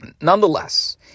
Nonetheless